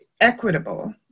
equitable